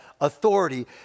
authority